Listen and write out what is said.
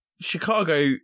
Chicago